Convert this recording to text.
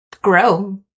grow